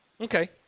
Okay